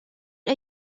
are